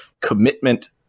commitment